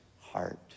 heart